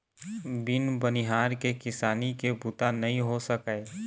बिन बनिहार के किसानी के बूता नइ हो सकय